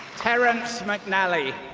terrence mcnally,